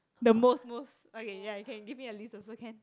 the most most okay ya you can give me a list also can